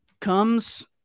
comes